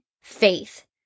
faith